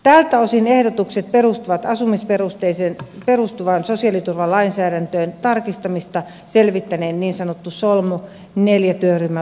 tältä osin ehdotukset perustuvat asumiseen perustuvan sosiaaliturvalainsäädännön tarkistamista selvittäneen niin sanotun solmu iv työryhmän loppuraporttiin